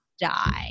die